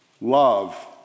love